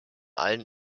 allen